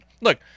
Look